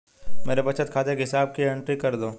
मेरे बचत खाते की किताब की एंट्री कर दो?